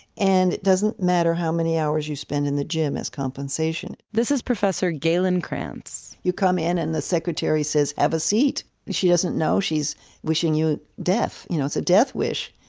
and it doesn't matter how many hours you spend in the gym as compensation this is professor galen cranz you come in and the secretary says, have a seat. she doesn't know she's wishing you death. you know, it's a death wish.